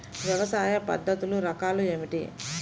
వ్యవసాయ పద్ధతులు రకాలు ఏమిటి?